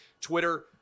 Twitter